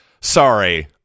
Sorry